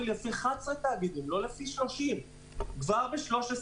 לפי 11 תאגידים ולא לפי 30. כבר ב-2013,